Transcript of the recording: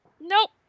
Nope